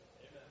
Amen